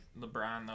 LeBron